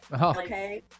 Okay